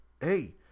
hey –